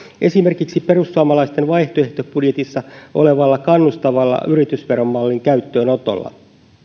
esimerkiksi perussuomalaisten vaihtoehtobudjetissa olevalla kannustavalla yritysveromallin käyttöönotolla